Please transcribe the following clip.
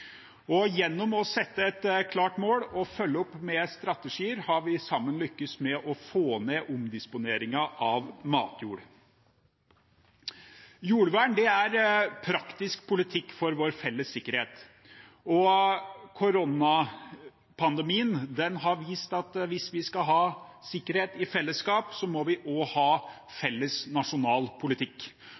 Gjennom å sette et klart mål og følge opp med strategier har vi sammen lyktes med å få ned omdisponeringen av matjord. Jordvern er praktisk politikk for vår felles sikkerhet. Koronapandemien har vist at hvis vi skal ha sikkerhet i fellesskap, må vi også ha felles nasjonal politikk,